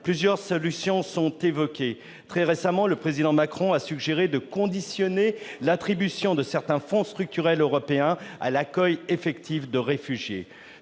plusieurs solutions sont évoquées. Très récemment, le Président Macron a suggéré de conditionner l'attribution de certains fonds structurels européens à l'accueil effectif de réfugiés.